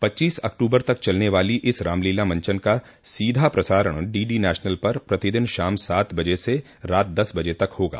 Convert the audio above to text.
पच्चीस अक्टूबर तक चलने वाली इस रामलीला मंचन का सीधा प्रसारण डीडी नेशनल पर प्रतिदिन शाम सात बजे से रात दस बजे तक होगा